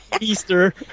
easter